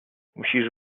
musisz